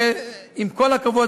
עם כל הכבוד,